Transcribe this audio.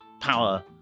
power